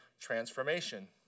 transformation